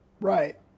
Right